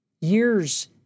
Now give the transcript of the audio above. years